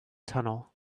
tunnel